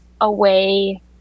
away